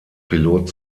pilot